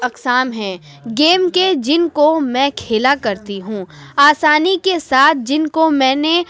اقسام ہیں گیم کے جن کو میں کھیلا کرتی ہوں آسانی کے ساتھ جن کو میں نے